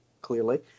clearly